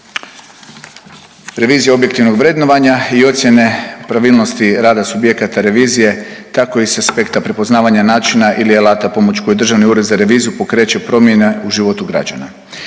Revizija objektivnog vrednovanja i ocjene pravilnosti rada subjekata revizije kako iz aspekta prepoznavanja načina ili alata pomoću kojeg Državni ured za reviziju pokreće promjene u životu građana.